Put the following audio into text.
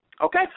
Okay